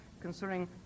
concerning